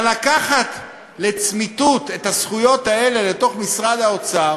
אבל לקחת לצמיתות את הזכויות האלה לתוך משרד האוצר